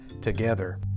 together